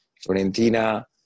Florentina